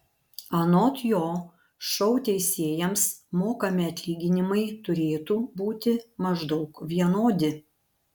anot jo šou teisėjams mokami atlyginimai turėtų būti maždaug vienodi